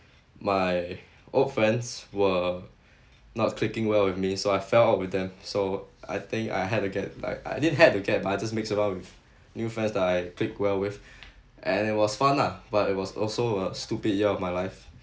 my old friends were not clicking well with me so I fell out with them so I think I had to get like I didn't had to get but I just mix around with new friends I click well with and it was fun lah but it was also a stupid year of my life